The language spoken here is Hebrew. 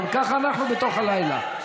גם ככה אנחנו בתוך הלילה.